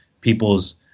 people's